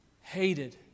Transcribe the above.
hated